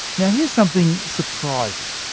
yeah here's something surprising.